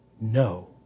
no